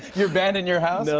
you're banned in your house? no,